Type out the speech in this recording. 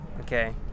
Okay